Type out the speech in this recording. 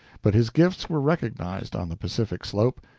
but his gifts were recognized on the pacific slope,